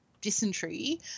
dysentery